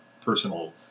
personal